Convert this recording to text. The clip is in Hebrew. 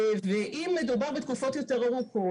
ואם מדובר בתקופות יותר ארוכות,